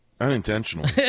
Unintentional